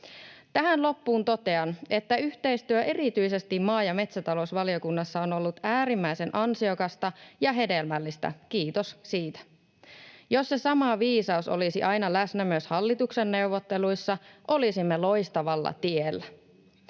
Tähän loppuun totean, että yhteistyö erityisesti maa- ja metsätalousvaliokunnassa on ollut äärimmäisen ansiokasta ja hedelmällistä, kiitos siitä. Jos se sama viisaus olisi aina läsnä myös hallituksen neuvotteluissa, olisimme loistavalla tiellä.